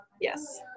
yes